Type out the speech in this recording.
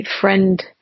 friend